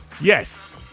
Yes